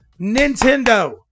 Nintendo